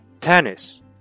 tennis